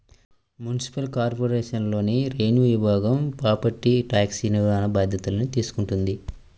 municipal కార్పొరేషన్లోని revenue విభాగం property tax నిర్వహణ బాధ్యతల్ని తీసుకుంటది